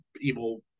evil